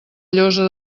llosa